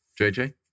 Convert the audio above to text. JJ